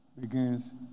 begins